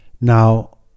Now